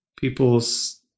people's